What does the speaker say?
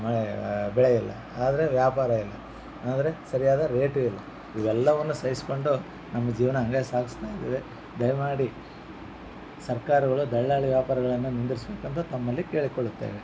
ಮಳೇ ಬೆಳೆ ಇಲ್ಲ ಆದರೆ ವ್ಯಾಪಾರ ಇಲ್ಲ ಆದರೆ ಸರಿಯಾದ ರೇಟ್ ಇಲ್ಲ ಇವೆಲ್ಲವನ್ನೂ ಸಹಿಸಿಕೊಂಡು ನಮ್ಮ ಜೀವನ ಹಂಗೆ ಸಾಗಿಸ್ತಾ ಇದ್ದೇವೆ ದಯಮಾಡಿ ಸರ್ಕಾರಗಳು ದಲ್ಲಾಳಿ ವ್ಯಾಪಾರಿಗಳನ್ನು ನಿಂದಿರ್ಸಬೇಕಂತ ತಮ್ಮಲ್ಲಿ ಕೇಳಿಕೊಳ್ಳುತ್ತೇವೆ